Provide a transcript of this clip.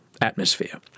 atmosphere